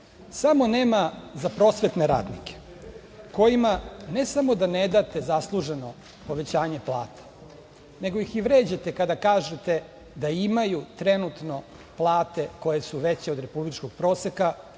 samo nema za prosvetne radnike, kojima ne samo da ne date zasluženo povećanje plata, nego ih i vređate kada kažete da imaju trenutno plate koje su veće od republičkog proseka,